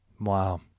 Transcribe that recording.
Wow